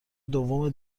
دوم